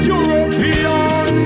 European